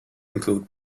include